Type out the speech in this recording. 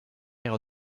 iron